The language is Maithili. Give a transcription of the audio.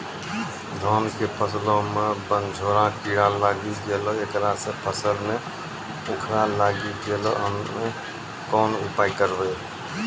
धान के फसलो मे बनझोरा कीड़ा लागी गैलै ऐकरा से फसल मे उखरा लागी गैलै हम्मे कोन उपाय करबै?